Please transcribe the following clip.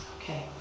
Okay